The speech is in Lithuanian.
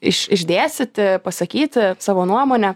iš išdėstyti pasakyti savo nuomone